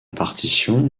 partition